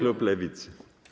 Lewicy.